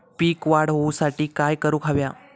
पीक वाढ होऊसाठी काय करूक हव्या?